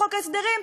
בחוק ההסדרים,